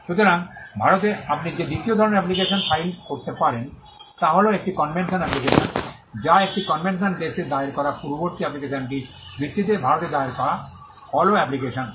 সুতরাং ভারতে আপনি যে দ্বিতীয় ধরণের অ্যাপ্লিকেশন ফাইল করতে পারেন তা হল একটি কনভেনশন অ্যাপ্লিকেশন যা একটি কনভেনশন দেশে দায়ের করা পূর্ববর্তী অ্যাপ্লিকেশনটির ভিত্তিতে ভারতে দায়ের করা ফলো অ্যাপ্লিকেশন